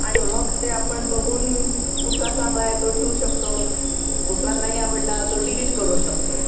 आणि मग ते आपण बघून कुठला चांगला आहे तो ठेवू शकतो कुठला नाही आवडला तो डिलीट करू शकतो